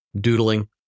doodling